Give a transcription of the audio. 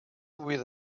with